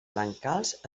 brancals